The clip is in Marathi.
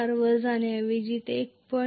4 वर जाण्याऐवजी ते 1